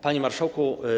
Panie Marszałku!